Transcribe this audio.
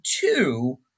two